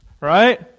right